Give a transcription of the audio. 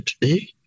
today